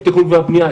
את התכנון והבנייה,